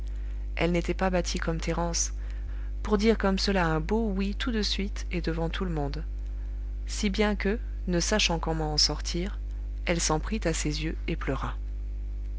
elle n'était pas bâtie comme thérence pour dire comme cela un beau oui tout de suite et devant tout le monde si bien que ne sachant comment en sortir elle s'en prit à ses yeux et pleura